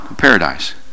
paradise